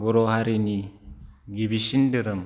बर' हारिनि गिबिसिन धोरोम